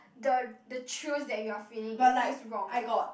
the the choose that you are feeling it feels wrong what